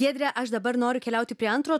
giedre aš dabar noriu keliauti prie antro